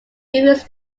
refuses